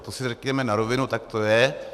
To si řekněme na rovinu, tak to je.